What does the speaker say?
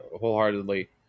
wholeheartedly